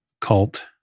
cult